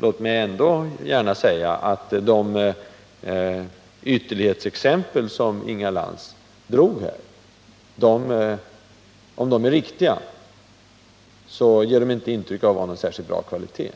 Låt mig också markera, att de ytterlighetsexempel på daghem som Inga Lantz drog här, om de är riktiga, inte utgör någon särskilt bra kvalitet.